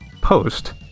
post